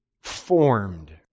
formed